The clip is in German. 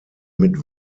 mit